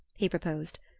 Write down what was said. he proposed.